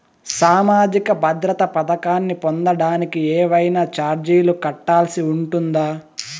సామాజిక భద్రత పథకాన్ని పొందడానికి ఏవైనా చార్జీలు కట్టాల్సి ఉంటుందా?